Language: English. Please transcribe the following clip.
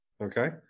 Okay